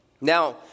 Now